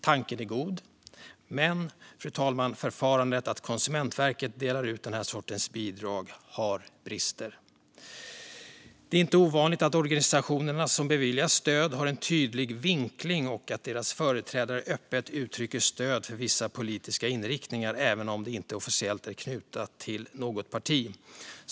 Tanken är god, fru talman, men förfarandet att Konsumentverket delar ut den här sortens bidrag har brister. Det är inte ovanligt att organisationer som beviljas stöd har en tydlig vinkling och att deras företrädare öppet uttrycker stöd för vissa politiska inriktningar även om de inte officiellt är knutna till något parti.